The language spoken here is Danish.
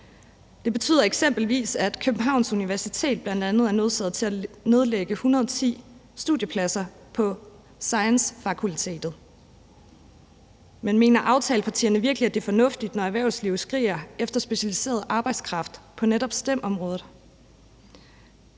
Det betyder eksempelvis, at Københavns Universitet bl.a. er nødsaget til at nedlægge 110 studiepladser på Science-fakultetet. Men mener aftalepartierne virkelig, at det er fornuftigt, når erhvervslivet skriger efter specialiseret arbejdskraft på netop STEM-området?